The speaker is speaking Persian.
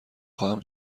خواهم